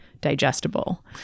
digestible